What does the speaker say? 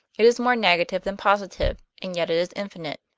it is more negative than positive, and yet it is infinite.